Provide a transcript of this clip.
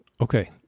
Okay